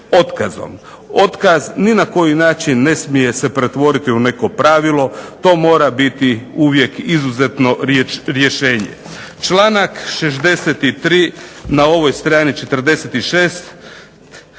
otkazom. Otkaz ni na koji način ne smije se pretvoriti u neko pravilo, to mora uvijek biti izuzetno rješenje. Članak 63. na ovoj strani 46